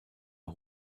ein